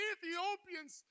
Ethiopians